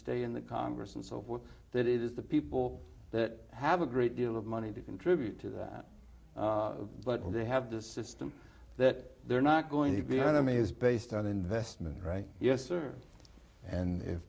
stay in the congress and so forth that it is the people that have a great deal of money to contribute to that but they have the system that they're not going to be enemies based on investment right yes sir and if